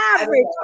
average